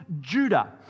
Judah